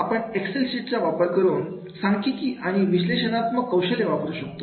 आपण एक्सेल शीटचा वापर करून सांख्यिकी आणि विश्लेषणात्मक कौशल्य वापरू शकतो